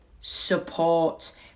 support